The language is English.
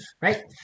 right